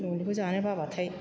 न'निखौ जानो बाब्लाथाय